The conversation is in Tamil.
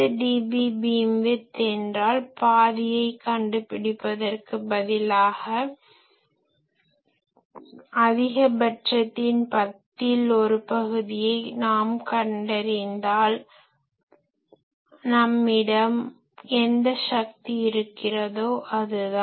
10dB பீம்விட்த் என்றால் பாதியைக் கண்டுபிடிப்பதற்குப் பதிலாக அதிகபட்சத்தின் பத்தில் ஒரு பகுதியை நான் கண்டறிந்தால் நம்மிடம் எந்த சக்தி இருக்கிறதோ அது தான்